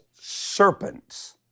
serpents